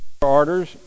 orders